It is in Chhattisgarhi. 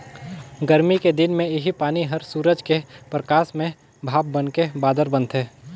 गरमी के दिन मे इहीं पानी हर सूरज के परकास में भाप बनके बादर बनथे